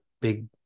big